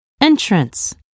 entrance